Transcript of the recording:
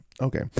Okay